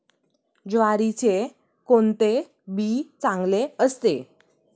ज्वारीचे कोणते बी चांगले असते?